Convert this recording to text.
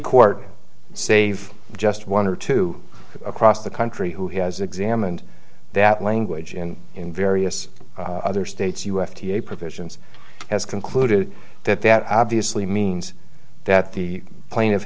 court save just one or two across the country who has examined that language in in various other states u f t a provisions has concluded that that obviously means that the plane of